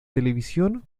televisión